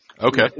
Okay